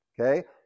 Okay